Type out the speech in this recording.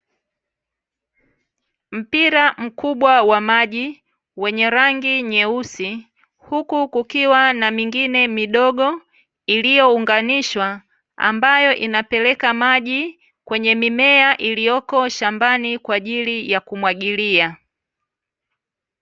Mpira mkubwa wa maji, wenye rangi nyeusi huku kukiwa na mingine midogo, iliyounganishwa ambayo inapeleka maji, kwenye mimea iliyoko shambani kwa ajili ya kumwagilia.